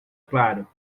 claro